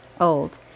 old